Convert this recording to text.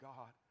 God